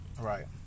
Right